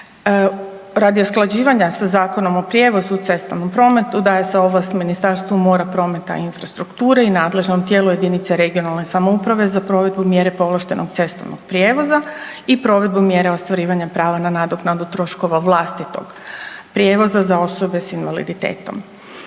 Radi usklađivanja sa Zakonom o prijevozu u cestovnom prometu daje se ovlast Ministarstvu mora, prometa i infrastrukture i nadležnom tijelu jedinice regionalne samouprave za provedbu mjere povlaštenog cestovnog prijevoza i provedbu mjere ostvarivanja prava na nadoknadu troškova vlastitog prijevoza za osobe s invaliditetom.